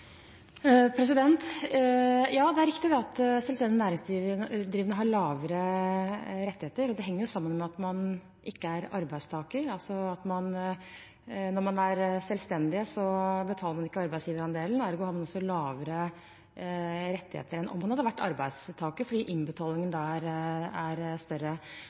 Det er riktig at selvstendig næringsdrivende har færre rettigheter. Det henger sammen med at man ikke er arbeidstaker. Når man er selvstendig næringsdrivende, betaler man ikke arbeidsgiverandelen, ergo har man også færre rettigheter enn om man hadde vært arbeidstaker, fordi innbetalingen der er større.